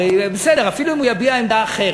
הרי בסדר, הרי גם אם הוא יביע עמדה אחרת,